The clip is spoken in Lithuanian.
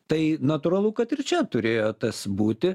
tai natūralu kad ir čia turėjo tas būti